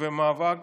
ומאבק